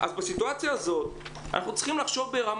בסיטואציה הזאת אנחנו צריכים לחשוב בצורה